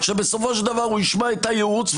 שבסופו של דבר הוא ישמע את הייעוץ,